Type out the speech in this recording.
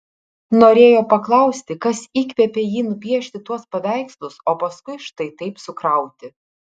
norėjo paklausti kas įkvėpė jį nupiešti tuos paveikslus o paskui štai taip sukrauti